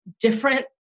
different